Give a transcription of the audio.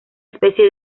especie